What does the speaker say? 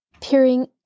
peering